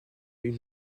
une